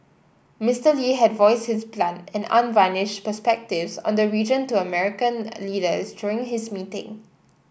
Mister Lee had voiced his blunt and unvarnished perspectives on the region to American leaders during his meeting